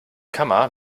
kammer